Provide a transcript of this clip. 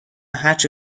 هرچه